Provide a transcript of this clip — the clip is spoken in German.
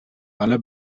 alle